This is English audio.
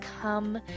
come